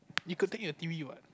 you could take your T_V what